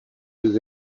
jeux